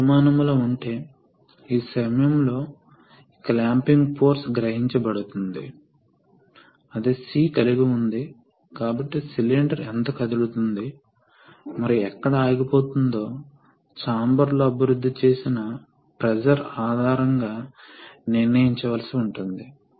ఇప్పుడు ఈ సందర్భంలో ఈ వాల్వ్ను చూడండి ఈ వాల్వ్ మొదట చిహ్నాన్ని చర్చించడానికి ప్రయత్నించింది ప్రతి దానిలో ఒక సోలేనోయిడ్ ఉంది మరియు హైడ్రాలిక్ పైలట్ ఉంది కాబట్టి వాస్తవానికి డైరెక్షన్ వాల్వ్ చాలా పెద్ద వాల్వ్